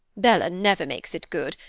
bella never makes it good,